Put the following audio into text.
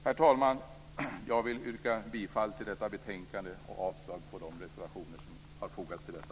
Herr talman! Jag vill yrka bifall till hemställan i detta betänkande och avslag på de reservationer som har fogats till det.